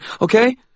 okay